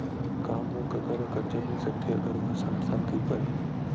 का मोर कका ला कर्जा मिल सकथे अगर ओ हा साठ साल से उपर हे?